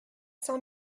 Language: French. cent